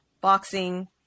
boxing